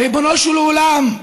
ריבונו של עולם,